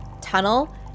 tunnel